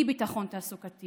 אי-ביטחון תעסוקתי